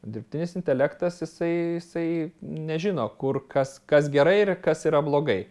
dirbtinis intelektas jisai jisai nežino kur kas kas gerai ir kas yra blogai